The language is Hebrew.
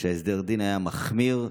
שהסדר הדין היה מחמיר,